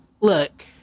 look